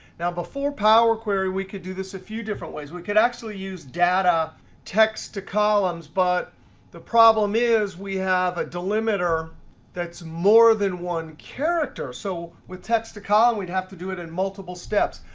now before power query, we could do this a few different ways. ways. we could actually use data text to columns. but the problem is, we have a delimiter that's more than one character. so with text to column, we'd have to do it in multiple steps.